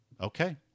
okay